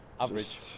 Average